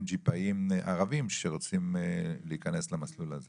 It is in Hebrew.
ג'יפאיים ערבים שרוצים להיכנס למסלול הזה?